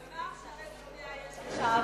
ומה עכשיו, איזה, יש עכשיו?